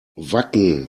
wacken